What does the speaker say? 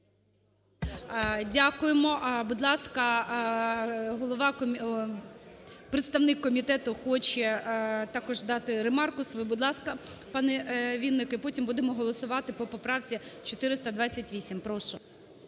Дякуємо. Будь ласка, представник комітету хоче також дати ремарку свою. Будь ласка, пане Вінник. І потім будемо голосувати по поправці 428. Прошу.